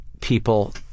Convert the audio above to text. people